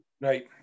Right